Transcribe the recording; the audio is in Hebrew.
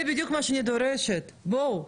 זה בדיוק מה שאני דורשת, בואו,